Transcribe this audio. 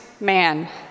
man